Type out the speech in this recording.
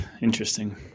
Interesting